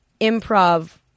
improv